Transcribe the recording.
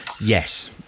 Yes